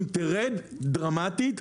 אם תרד דרמטית,